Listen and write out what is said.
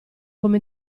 come